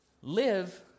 live